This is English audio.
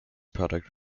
product